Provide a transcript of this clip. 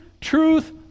truth